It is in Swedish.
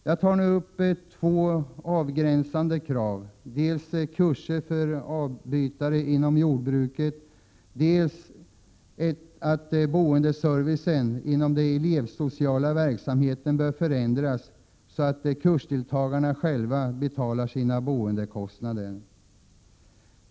Jag tar nu upp två avgränsade krav, dels kurser för avbytare inom jordbruket, dels kravet att boendeservicen inom den elevsociala verksamheten bör förändras så att kursdeltagarna själva betalar sina boendekostnader.